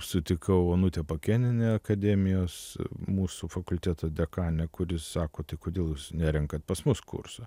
sutikau onutę pakėnienę akademijos mūsų fakulteto dekanę kuri sako tai kodėl jūs nerenkate pas mus kurso